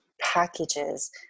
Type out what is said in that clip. packages